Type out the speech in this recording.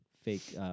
Fake